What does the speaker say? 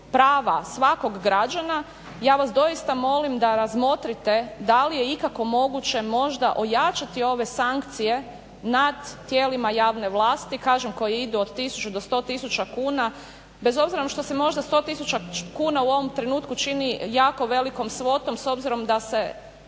prava svakog građana ja vas doista molim da razmotrite da li je ikako moguće možda ojačati ove sankcije nad tijelima javne vlasti, kažem koje idu od tisuću do 100 tisuća kuna bez obzira što se možda 100 tisuća kuna u ovom trenutku čini jako velikom svotom s obzirom da se